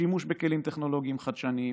שימוש בכלים טכנולוגיים חדשניים,